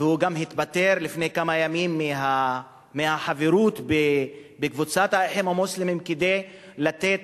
והוא גם התפטר לפני כמה ימים מהחברות בקבוצת "האחים המוסלמים" כדי לתת